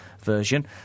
version